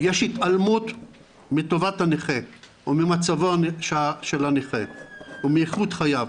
יש התעלמות מטובת הנכה או ממצבו של הנכה או מאיכות חייו,